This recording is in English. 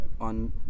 on